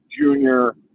junior